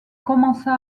commença